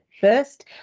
first